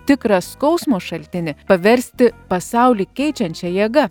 tikrą skausmo šaltinį paversti pasaulį keičiančia jėga